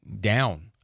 down